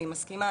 אני מסכימה,